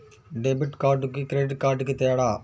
Debit కార్డుకి credit కార్డుకి తేడా?